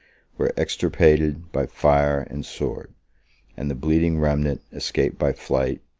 were extirpated by fire and sword and the bleeding remnant escaped by flight,